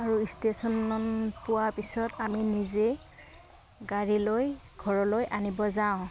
আৰু ষ্টেচনত পোৱা পিছত আমি নিজে গাড়ীলৈ ঘৰলৈ আনিব যাওঁ